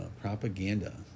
propaganda